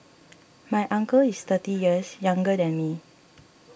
my uncle is thirty years younger than me